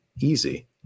easy